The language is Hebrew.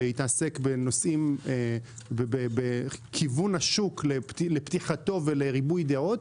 שיתעסק בנושאים ובכיוון השוק לפתיחתו ולריבוי דעות,